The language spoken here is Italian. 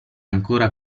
ancora